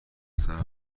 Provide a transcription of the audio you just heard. صبر